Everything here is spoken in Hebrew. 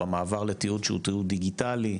במעבר לתיעוד שהוא תיעוד דיגיטלי.